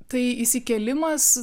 tai įsikėlimas